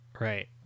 Right